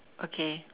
okay